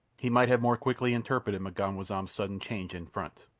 he might have more quickly interpreted m'ganwazam's sudden change in front.